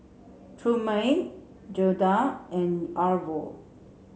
Trumaine Gerda and Arvo